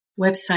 website